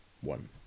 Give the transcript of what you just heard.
One